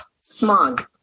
smog